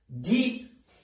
deep